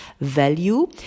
value